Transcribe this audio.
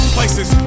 Places